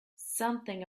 something